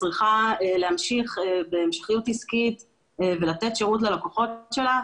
שצריכה להמשיך בהמשכיות עסקית ולתת שירות ללקוחות שלה,